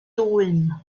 dwym